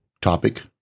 topic